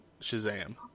Shazam